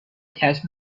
کشف